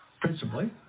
Principally